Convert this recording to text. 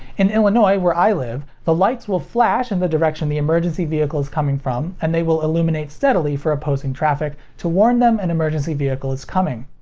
in illinois, where i live, the lights will flash in the direction the emergency vehicle is coming from, and they will illuminate steadily for opposing traffic to warn them an and emergency vehicle is coming.